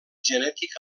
genètic